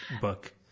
book